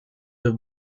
the